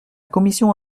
commission